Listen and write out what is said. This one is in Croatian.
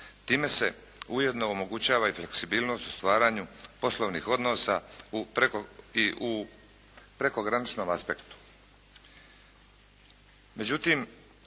Time se ujedno omogućava i fleksibilnost u stvaranju poslovnih odnosa i u prekograničnom aspektu.